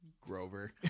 Grover